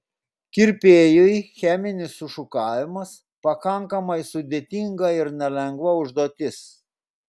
kirpėjui cheminis sušukavimas pakankamai sudėtinga ir nelengva užduotis